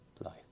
life